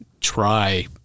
try